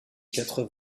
quatre